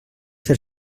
fer